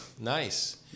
nice